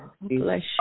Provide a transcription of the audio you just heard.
Bless